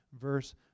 verse